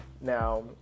Now